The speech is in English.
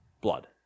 blood